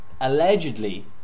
Allegedly